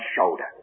shoulder